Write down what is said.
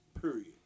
period